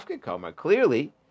clearly